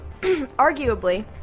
arguably